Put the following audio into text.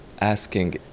asking